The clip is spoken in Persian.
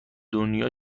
دنیا